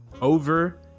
Over